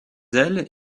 ailes